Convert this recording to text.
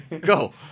Go